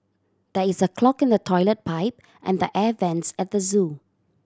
there is a clog in the toilet pipe and the air vents at the zoo